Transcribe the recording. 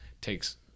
takes